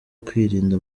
kwirinda